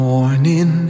Morning